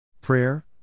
Prayer